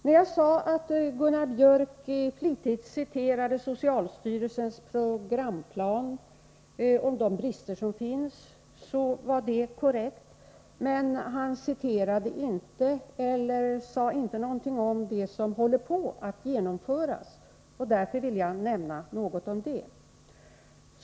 När jag sade att Gunnar Biörck flitigt citerade socialstyrelsens programplan om de brister som finns var det korrekt, men han sade inte något om det som håller på att genomföras. Därför vill jag nämna något om detta.